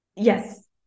yes